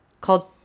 called